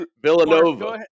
Villanova